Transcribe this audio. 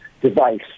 device